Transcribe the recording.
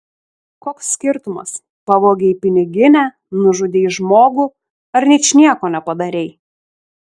koks skirtumas pavogei piniginę nužudei žmogų ar ničnieko nepadarei